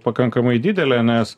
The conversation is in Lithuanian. pakankamai didelė nes